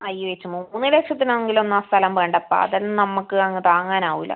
അയ്യോ ചേച്ചി മൂന്ന് ലക്ഷത്തിനാണെങ്കിൽ എന്നാൽ സ്ഥലം വേണ്ടപ്പാ അത് നമ്മൾക്ക് അങ്ങ് താങ്ങാൻ ആവില്ല